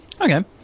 Okay